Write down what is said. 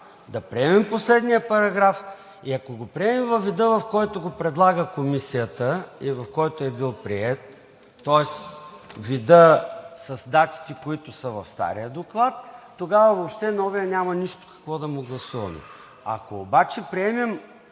да приемем последния параграф и, ако го приемем във вида, в който го предлага Комисията и е бил приет, тоест вида с датите, които са в стария доклад, тогава въобще на новия няма какво да му гласуваме. Ако приемем